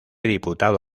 diputado